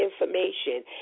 information